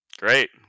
Great